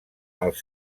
els